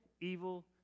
evil